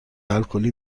الکلی